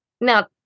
Now